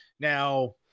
Now